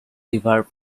river